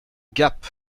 gap